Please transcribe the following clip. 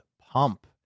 Pump